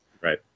Right